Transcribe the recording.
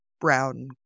brown